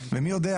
ומי יודע,